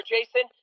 Jason